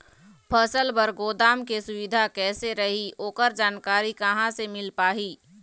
फसल बर गोदाम के सुविधा कैसे रही ओकर जानकारी कहा से मिल पाही?